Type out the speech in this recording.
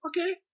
Okay